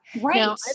Right